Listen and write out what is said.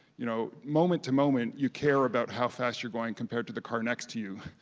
you know moment to moment, you care about how fast you're going compared to the car next to you,